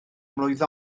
mlwydd